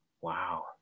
Wow